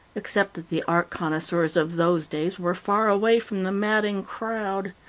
except that the art connoisseurs of those days were far away from the madding crowd.